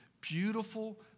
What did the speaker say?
Beautiful